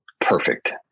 perfect